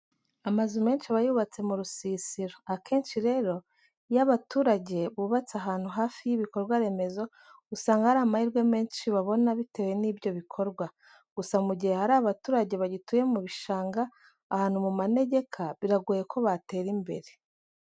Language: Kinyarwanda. Amazu menshi aba yubatse mu rusisiro. Akenshi rero, iyo abaturage bubatse ahantu hafi y'ibikorwa remezo, usanga hari amahirwe menshi babona bitewe n'ibyo bikorwa. Gusa mu gihe hari abaturage bagituye mu bishanga ahantu mu manegeka, biragoye ko batera imbere.